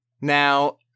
Now